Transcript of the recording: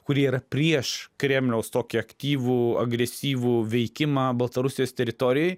kurie yra prieš kremliaus tokį aktyvų agresyvų veikimą baltarusijos teritorijoj